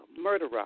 murderer